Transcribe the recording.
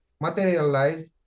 materialized